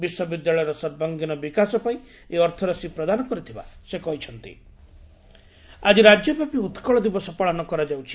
ବିଶ୍ୱବିଦ୍ୟାଳୟର ସର୍ବାଙ୍ଗୀନ ବିକାଶ ପାଇଁ ଏହି ଅର୍ଥରାଶି ପ୍ରଦାନ କରିଥିବା ସେ କହିଛନ୍ତି ଉକଳ ଦିବସ ଆକି ରାଜ୍ୟବ୍ୟାପୀ ଉକୁଳ ଦିବସ ପାଳନ କରାଯାଉଛି